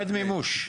מועד מימוש.